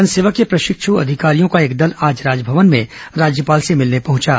one सेवा के प्रशिक्ष् अधिकारियों का एक दल आज राजभवन में राज्यपाल से मिलने पहंचा